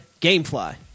Gamefly